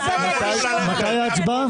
לא באמת ל --- מתי ההצבעה?